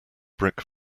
brick